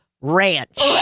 RANCH